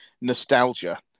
nostalgia